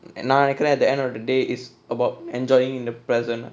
நா நினைக்கிறன்:naa ninaikkiraen at the end of the day it's about enjoying the present